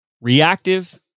reactive